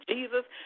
Jesus